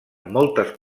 moltes